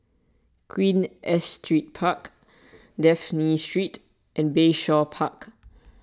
Queen Astrid Park Dafne Street and Bayshore Park